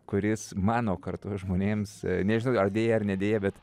kuris mano kartos žmonėms nežinau ar deja ar ne deja bet